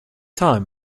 time